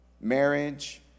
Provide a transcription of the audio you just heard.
Marriage